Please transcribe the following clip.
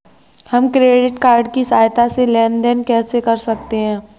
हम credit card की सहायता से लेन देन कैसे कर सकते हैं?